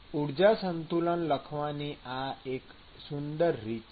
ઊર્જા સંતુલન લખવાની આ એક સુંદર રીત છે